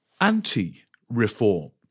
anti-reform